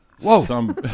Whoa